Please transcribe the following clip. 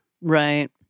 Right